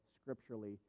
scripturally